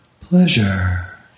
pleasure